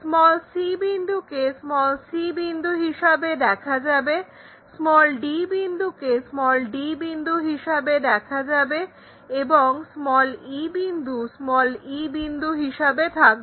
c বিন্দুকে c বিন্দু হিসেবে দেখা যাবে d বিন্দুকে d বিন্দু হিসাবে দেখা যাবে এবং e বিন্দু e বিন্দু হিসাবে থাকবে